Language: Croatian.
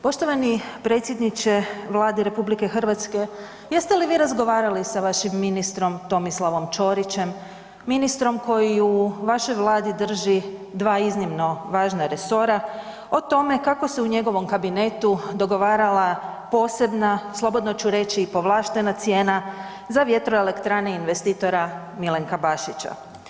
Poštovani predsjedniče Vlade RH jeste li vi razgovarali sa vašim ministrom Tomislavom Ćorićem, ministrom koji u vašoj Vladi drži dva iznimno važna resora o tome kako se u njegovom kabinetu dogovarala posebna, slobodno ću reći i povlaštena cijena za vjetroelektrane investitora Milenka Bašića.